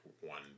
one